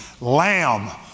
lamb